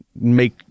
make